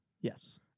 Yes